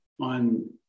on